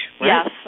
Yes